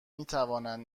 میتوانند